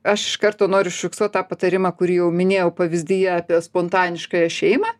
aš iš karto noriu užfiksuot tą patarimą kurį jau minėjau pavyzdyje apie spontaniškąją šeimą